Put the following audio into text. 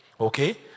okay